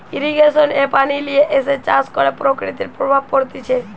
irrigation এ পানি লিয়ে এসে চাষ করে প্রকৃতির প্রভাব পড়তিছে